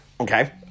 Okay